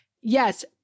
yes